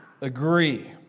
agree